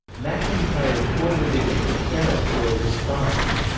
mcintyre forwarded it to fera for a response.